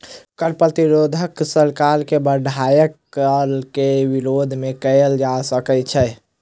कर प्रतिरोध सरकार के बढ़ायल कर के विरोध मे कयल जा सकैत छै